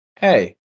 hey